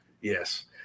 Yes